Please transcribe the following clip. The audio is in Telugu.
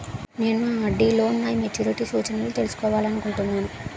నేను నా ఆర్.డి లో నా మెచ్యూరిటీ సూచనలను తెలుసుకోవాలనుకుంటున్నాను